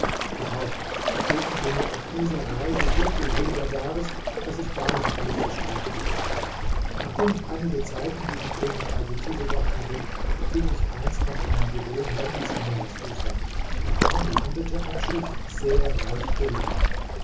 überhaupt begegnete mir auf dieser reise so viel wunderbares daß ich gar nicht alles beschreiben kann nachdem ich einige zeit in diesem königreiche zugebracht hatte ging ich einst nach meiner gewohnheit ans meeresufer da landete ein schiff sehr reich beladen